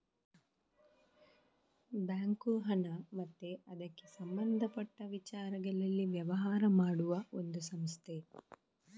bank ಹಣ ಮತ್ತೆ ಅದಕ್ಕೆ ಸಂಬಂಧಪಟ್ಟ ವಿಚಾರಗಳಲ್ಲಿ ವ್ಯವಹಾರ ಮಾಡುವ ಒಂದು ಸಂಸ್ಥೆ